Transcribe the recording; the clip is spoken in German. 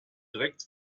direkt